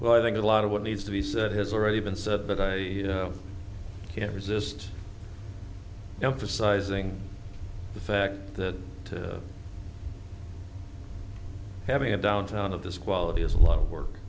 well i think a lot of what needs to be said has already been said that i can't resist emphasising the fact that having a downtown of this quality is a lot of work